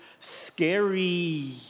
scary